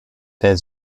der